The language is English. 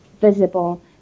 visible